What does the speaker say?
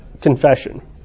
confession